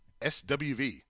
SWV